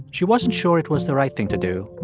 she wasn't sure it was the right thing to do,